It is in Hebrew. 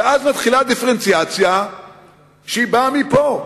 ואז מתחילה הדיפרנציאציה שבאה מפה.